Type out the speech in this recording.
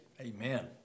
Amen